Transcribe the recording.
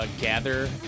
Gather